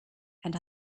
and